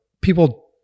people